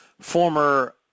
former